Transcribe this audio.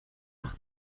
par